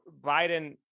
biden